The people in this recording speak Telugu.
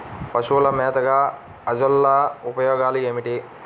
పశువుల మేతగా అజొల్ల ఉపయోగాలు ఏమిటి?